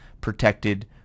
protected